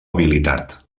habilitat